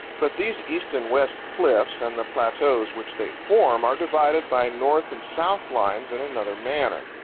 but these east-and-west cliffs and the plateaus which they form are divided by north-and-south lines in another manner.